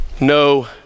no